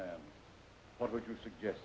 man what would you suggest